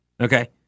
okay